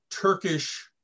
Turkish